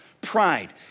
pride